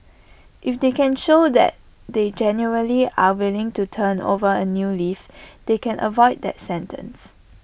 if they can show that they genuinely are willing to turn over A new leaf they can avoid that sentence